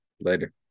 later